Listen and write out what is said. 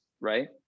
right